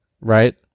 right